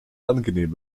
angenehm